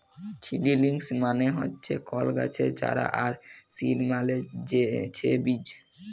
seedlings মানে হচ্যে কল গাছের চারা আর সিড মালে ছে বীজ